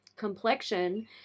complexion